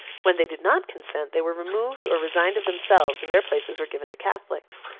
when they did not consent, they were removed, or resigned of themselves, and their places were given to catholics.